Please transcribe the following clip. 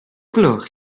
gloch